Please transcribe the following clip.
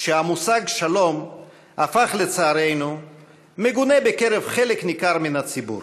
שהמושג שלום הפך לצערנו מגונה בקרב חלק ניכר מן הציבור.